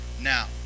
Now